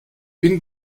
bin